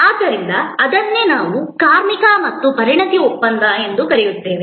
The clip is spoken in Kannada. ಆದ್ದರಿಂದ ಅದನ್ನೇ ನಾವು ಕಾರ್ಮಿಕ ಮತ್ತು ಪರಿಣತಿ ಒಪ್ಪಂದ ಎಂದು ಕರೆಯುತ್ತೇವೆ